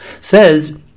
says